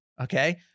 Okay